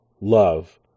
love